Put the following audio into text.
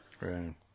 Right